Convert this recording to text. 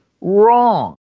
wrong